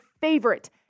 favorite